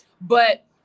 But-